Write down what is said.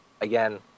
Again